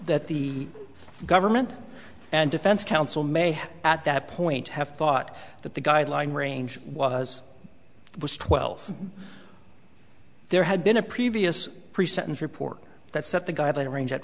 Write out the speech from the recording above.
that the government and defense counsel may have at that point have thought that the guideline range was it was twelve there had been a previous pre sentence report that set the guidelines